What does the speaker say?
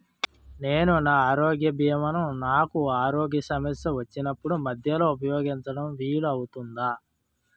నేను నా ఆరోగ్య భీమా ను నాకు ఆరోగ్య సమస్య వచ్చినప్పుడు మధ్యలో ఉపయోగించడం వీలు అవుతుందా?